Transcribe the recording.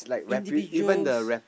individuals